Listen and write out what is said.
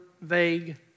vague